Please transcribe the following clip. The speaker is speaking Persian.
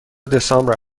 دسامبر